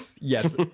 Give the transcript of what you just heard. Yes